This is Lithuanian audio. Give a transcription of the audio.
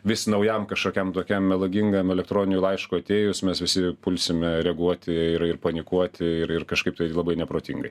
vis naujam kažkokiam tokiam melagingam elektroniniui laiškui atėjus mes visi pulsime reaguoti ir ir panikuoti ir ir kažkaip tai labai neprotingai